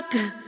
rock